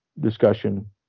discussion